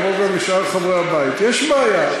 כמו גם לשאר חברי הבית: יש בעיה?